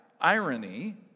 irony